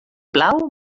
plau